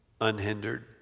unhindered